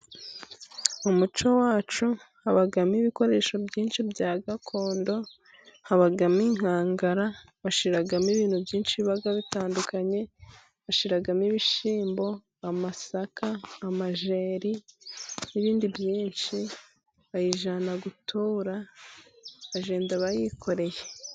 Mu muco wacu habamo ibikoresho byinshi bya gakondo habamo inkangara bashiramo ibintu byinshi biba bitandukanye bashiramo ibishimbo amasaka amajeri n'ibindi byinshi bayijyana gutura bagenda abayikoreye.